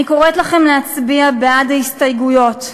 אני קוראת לכם להצביע בעד ההסתייגויות.